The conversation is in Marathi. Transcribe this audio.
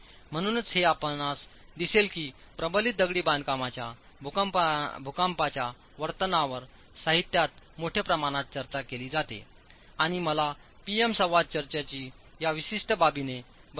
म्हणूनच हे आपणास दिसेल की प्रबलित दगडी बांधकामांच्या भूकंपाच्या वर्तनावर साहित्यात मोठ्या प्रमाणात चर्चा केली जाते आणि मला P M संवाद चर्चाची या विशिष्ट बाबीने बंद करायची होती